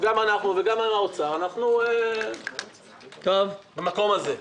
גם אנחנו וגם משרד האוצר נמצאים במקום הזה.